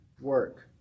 work